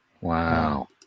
Wow